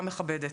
מכבדת.